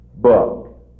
book